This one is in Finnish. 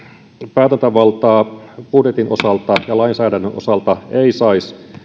päätäntävaltaa budjetin osalta ja lainsäädännön osalta ei saisi